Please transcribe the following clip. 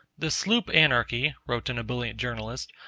the sloop anarchy, wrote an ebullient journalist,